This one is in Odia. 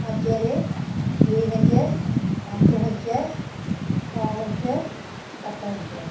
ହଜାର ଦୁଇହଜାର ପାଞ୍ଚହଜାର ଛଅହଜାର ସାତହଜାର